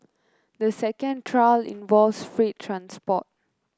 the second trial involves freight transport